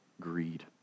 greed